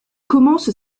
commence